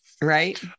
right